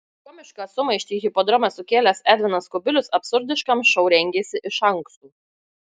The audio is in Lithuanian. komišką sumaištį hipodrome sukėlęs edvinas kubilius absurdiškam šou rengėsi iš anksto